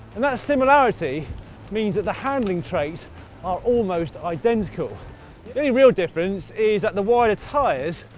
and that similarity means that the handling traits are almost identical. the only real difference is that the wider tyres,